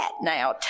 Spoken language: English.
now